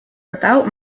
without